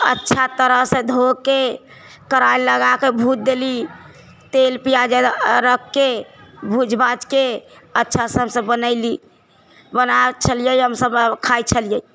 अच्छा तरहसँ धोके कड़ाही लगाके भूज देली तेल पियाज आर राखिके भूज भाजके अच्छा सभसँ बनैली बनाबै छलियै हमसभ आ खाइत छलियै